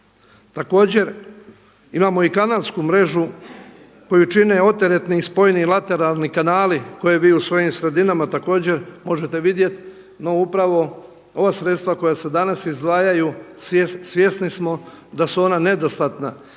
Također imamo i kanalsku mrežu koju čine oteretni i spojni lateralni kanali koje vi u svojim sredinama također možete vidjeti. No upravo, ova sredstva koja se danas izdvajaju svjesni su da su ona nedostatna